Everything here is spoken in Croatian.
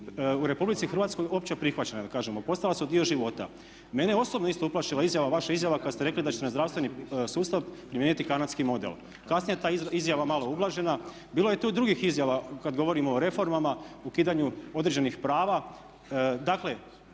u Republici Hrvatskoj opće prihvaćena da kažemo, postala su dio života. Mene je osobno isto uplašila vaša izjava kad ste rekli da ćete na zdravstveni sustav primijeniti kanadski model. Kasnije je ta izjava malo ublažena. Bilo je tu i drugih izjava kad govorimo o reformama, o ukidanju određenih prava. Dakle,